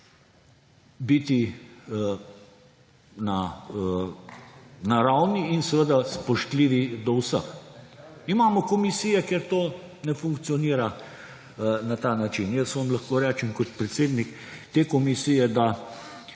biti na ravni in seveda spoštljivi do vseh. Imamo komisije, kjer to ne funkcionira na ta način. Lahko vam rečem kot predsednik te komisije, da